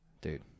Dude